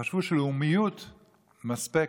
וחשבו שלאומיות מספקת,